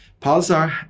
Pulsar